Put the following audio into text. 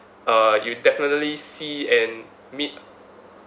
uh you definitely see and meet